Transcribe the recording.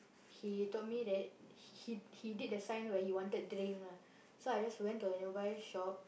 he told me that he he he did the sign where he wanted drink lah so I just went to a nearby shop